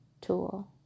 tool